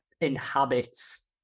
inhabits